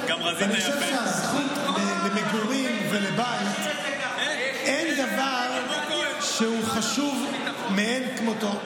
אני חושב שהזכות למגורים ולבית היא דבר שהוא חשוב מאין כמותו,